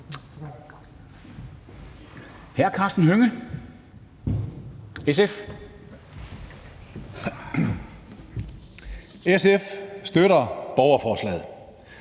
Karsten Hønge (SF): SF støtter borgerforslaget,